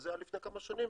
וזה היה לפני כמה שנים,